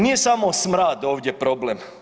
Nije samo smrad ovdje problem.